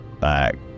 back